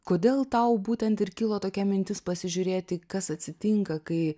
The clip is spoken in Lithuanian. kodėl tau būtent ir kilo tokia mintis pasižiūrėti kas atsitinka kai